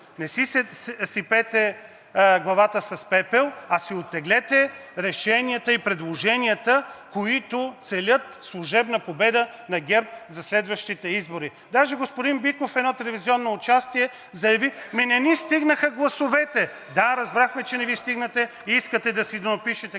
Не си сипете главата с пепел, а си оттеглете решенията и предложенията, които целят служебна победа на ГЕРБ за следващите избори. Даже господин Биков в едно телевизионно участие заяви: „Ами не ни стигнаха гласовете.“ Да, разбрахме, че не Ви стигнаха и искате да си допишете гласове,